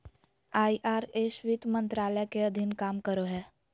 IRS वित्त मंत्रालय के अधीन काम करो हय